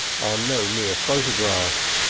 are no mere photographs,